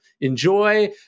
enjoy